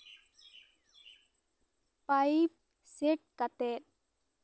pipe set ᱠᱟᱛᱮᱜ